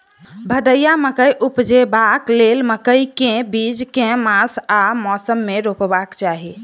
भदैया मकई उपजेबाक लेल मकई केँ बीज केँ मास आ मौसम मे रोपबाक चाहि?